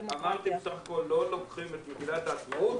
אמרתי בסך הכול שלא לוקחים את מדינת העצמאות